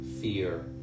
fear